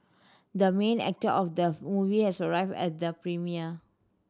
the main actor of the movie has arrived at the premiere